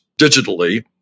digitally